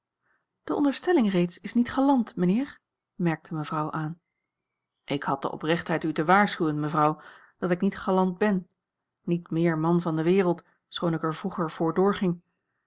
de onderstelling reeds is niet galant mijnheer merkte mevrouw aan ik had de oprechtheid u te waarschuwen mevrouw dat ik niet galant ben niet meer man van de wereld schoon ik er vroeger voor doorging